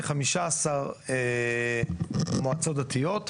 כ-15 מועצות דתיות,